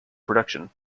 production